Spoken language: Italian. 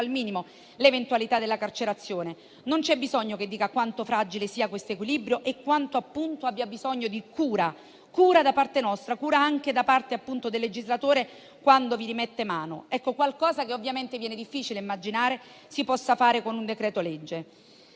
al minimo l'eventualità della carcerazione. Non c'è bisogno che dica quanto fragile sia questo equilibrio e quanto abbia bisogno di cura da parte nostra e anche da parte del legislatore quando vi rimette mano, cosa che ovviamente viene difficile immaginare si possa fare con un decreto-legge.